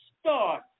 start